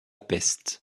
peste